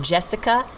Jessica